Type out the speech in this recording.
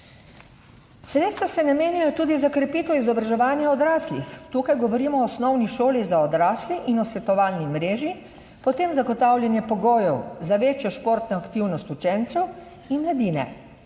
Sredstva se namenjajo tudi za krepitev izobraževanja odraslih. Tukaj govorimo o osnovni šoli za odrasle in v svetovalni mreži, potem zagotavljanje pogojev za večjo športno aktivnost učencev in mladine.